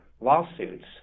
lawsuits